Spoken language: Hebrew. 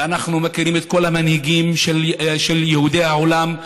ואנחנו מכירים את כל המנהיגים של יהודי העולם,